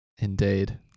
Indeed